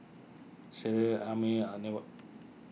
Schley Amir and